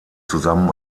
zusammen